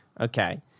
Okay